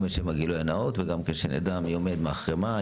גם לשם הגילוי הנאות וגם כדי שנדע מי עומד מאחורי מה,